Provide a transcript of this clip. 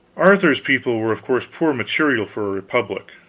arthur's people were of course poor material for a republic,